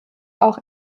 auch